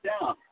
down